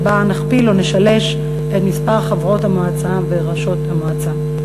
שבה נכפיל או נשלש את מספר חברות המועצה וראשות המועצה.